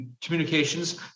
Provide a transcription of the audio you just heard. Communications